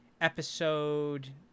episode